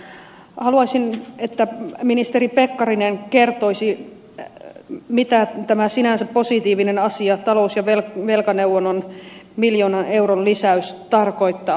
mutta haluaisin että ministeri pekkarinen kertoisi mitä tämä sinänsä positiivinen asia talous ja velkaneuvonnan miljoonan euron lisäys tarkoittaa